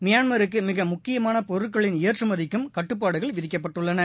மியான்மருக்கு மிக முக்கியமான பொருட்களின் ஏற்றுமதிக்கும் கட்டுப்பாடுகள் விதிக்கப்பட்டுள்ளன